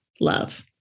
love